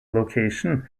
location